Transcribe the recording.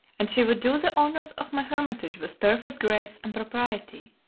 and she would do the honors of my hermitage with perfect grace and propriety.